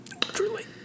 Truly